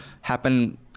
happen